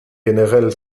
generell